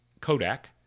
kodak